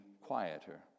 quieter